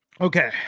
okay